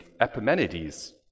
Epimenides